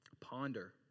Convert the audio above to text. Ponder